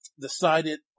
decided